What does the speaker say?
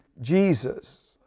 Jesus